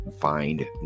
find